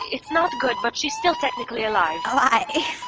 it's not good but she's still technically alive um ah